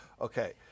Okay